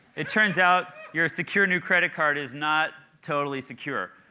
it turns out your secure new credit card is not totally secure.